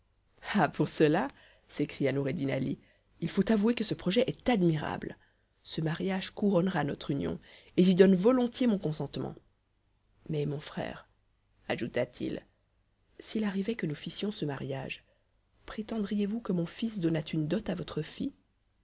ah pour cela s'écria noureddin ali il faut avouer que ce projet est admirable ce mariage couronnera notre union et j'y donne volontiers mon consentement mais mon frère ajouta-t-il s'il arrivait que nous fissions ce mariage prétendriez-vous que mon fils donnât une dot à votre fille